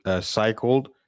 cycled